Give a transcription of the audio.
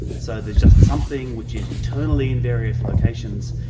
so there's just something which is eternally in various locations,